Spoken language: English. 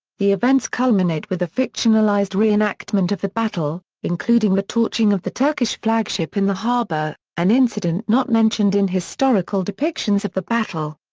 the events culminate with a fictionalized re-enactment of the battle, including the torching of the turkish flagship in the harbour, an incident not mentioned in historical depictions of the battle.